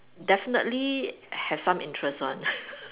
definitely have some interest one